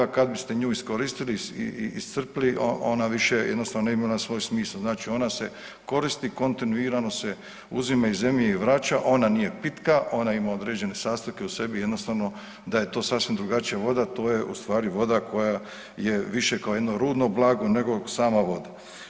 Kad biste nju iskoristili i iscrpili ona više jednostavno ne bi imala svoj smisao, znači ona se koristi kontinuirano se uzima iz zemlje i vraća, ona nije pitka, ona ima određene sastojke u sebi i jednostavno da je to sasvim drugačija voda to je u stvari voda koja je više kao jedno rudno blago nego sama voda.